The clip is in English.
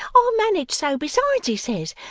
i'll manage so, besides, he says,